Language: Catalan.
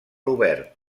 obert